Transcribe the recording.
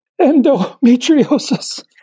Endometriosis